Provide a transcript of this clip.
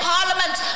Parliament